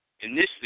Initially